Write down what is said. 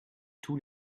tous